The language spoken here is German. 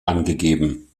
angegeben